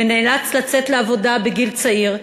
ונאלצת לצאת לעבודה בגיל צעיר,